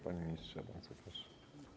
Panie ministrze, bardzo proszę.